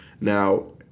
Now